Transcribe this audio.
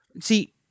see